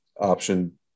option